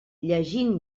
llegint